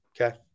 Okay